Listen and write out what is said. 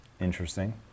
Interesting